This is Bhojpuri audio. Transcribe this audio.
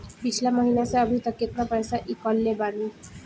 पिछला महीना से अभीतक केतना पैसा ईकलले बानी?